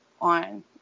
on